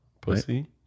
Pussy